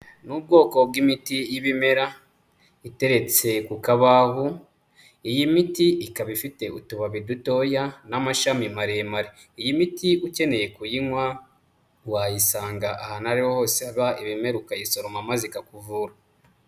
Ni ubwoko bw'imiti y'ibimera iteretse ku kabaho, iyi miti ikaba ifite utubabi dutoya n'amashami maremare. Iyi miti ukeneye kuyinywa wayisanga ahantu aho ari ho hose haba ibimera ukayisoroma maze ikakuvura.